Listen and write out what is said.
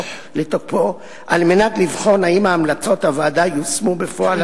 לתוקפו על מנת לבחון אם המלצותיה יושמו בפועל,